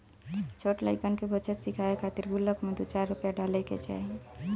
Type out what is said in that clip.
छोट लइकन के बचत सिखावे खातिर गुल्लक में दू चार रूपया डाले के कहे के चाही